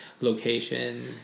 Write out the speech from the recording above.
location